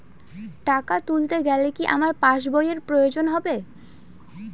টাকা তুলতে গেলে কি আমার পাশ বইয়ের প্রয়োজন হবে?